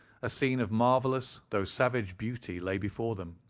a scene of marvellous though savage beauty lay before them.